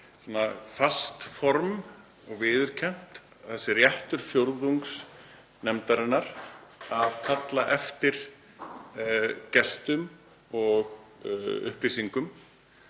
fast form og viðurkennt, þessi réttur fjórðungs nefndarinnar til að kalla eftir gestum og upplýsingum.